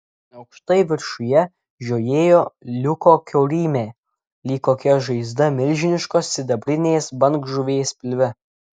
aukštai viršuje žiojėjo liuko kiaurymė lyg kokia žaizda milžiniškos sidabrinės bangžuvės pilve